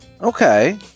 Okay